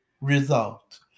result